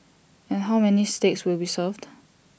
and how many steaks will be served